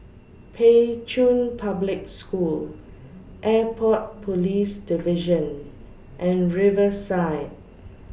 Pei Chun Public School Airport Police Division and Riverside